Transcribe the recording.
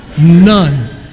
None